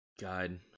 God